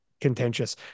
contentious